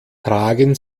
tragen